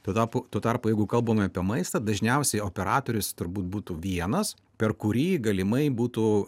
tuo tarpu tuo tarpu jeigu kalbame apie maistą dažniausiai operatorius turbūt būtų vienas per kurį galimai būtų